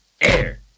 air